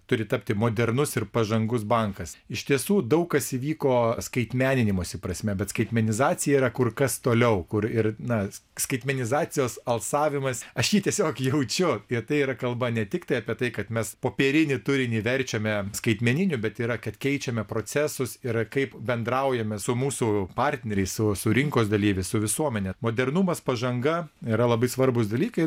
turi tapti modernus ir pažangus bankas iš tiesų daug kas įvyko skaitmeninimosi prasme bet skaitmenizacija yra kur kas toliau kur ir na skaitmenizacijos alsavimas aš jį tiesiog jaučiu apie tai yra kalba ne tiktai apie tai kad mes popierinį turinį verčiame skaitmeniniu bet yra kad keičiame procesus yra kaip bendraujame su mūsų partneriais su su rinkos dalyvis su visuomene modernumas pažanga yra labai svarbūs dalykai